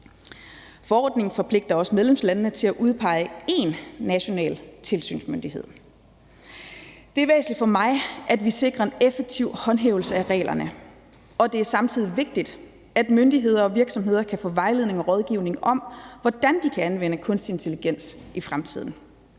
Forordningen forpligter også medlemslandene til at udpege én national tilsynsmyndighed. Det er væsentligt for mig, at vi sikrer en effektiv håndhævelse af reglerne, og det er samtidig vigtigt, at myndigheder og virksomheder kan få vejledning og rådgivning om, hvordan de kan anvende kunstig intelligens i fremtiden,